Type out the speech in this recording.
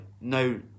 no